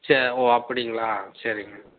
சரி ஓ அப்படிங்களா சரிங்க